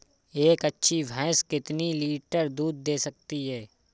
एक अच्छी भैंस कितनी लीटर दूध दे सकती है?